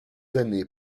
années